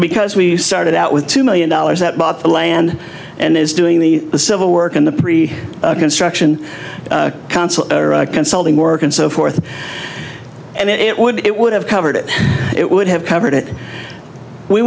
because we started out with two million dollars that bought the land and is doing the civil work and the pre construction council consulting work and so forth and it would it would have covered it it would have covered it we